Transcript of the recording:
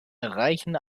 reichen